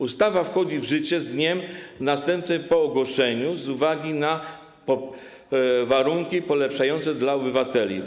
Ustawa wchodzi w życie z dniem następującym po jej ogłoszeniu z uwagi na warunki polepszające życie obywateli.